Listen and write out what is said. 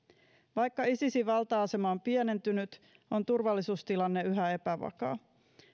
vaikka isisin valta asema on pienentynyt on turvallisuustilanne yhä epävakaa